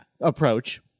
approach